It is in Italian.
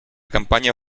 campagna